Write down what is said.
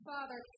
Father